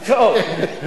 פרטי.